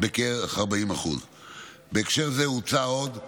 בבערך 40%. בהקשר זה הוצע עוד,